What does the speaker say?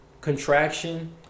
contraction